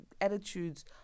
attitudes